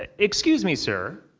ah excuse me, sir.